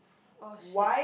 !oh shit!